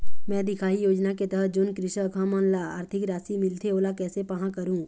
मैं दिखाही योजना के तहत जोन कृषक हमन ला आरथिक राशि मिलथे ओला कैसे पाहां करूं?